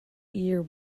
year